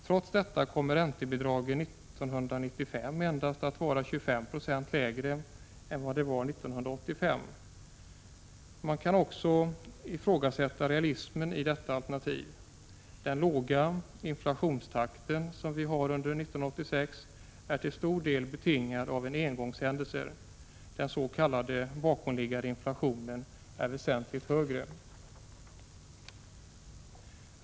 Trots detta kommer räntebidragen 1995 endast att vara 25 90 lägre än vad de var 1985. Man kan också ifrågasätta realismen i detta alternativ. Den låga inflationstakt som vi har under 1986 är till stor del betingad av engångshändelser. Den s.k. bakomliggande inflationen är väsentligt högre.